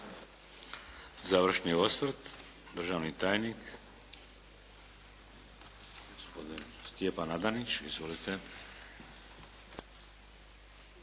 Završni osvrt državni tajnik gospodin Stjepan Adanić. Izvolite.